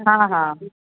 हा हा